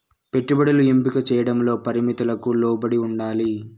పెట్టుబడులు ఎంపిక చేయడంలో పరిమితులకు లోబడి ఉండాలి